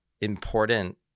important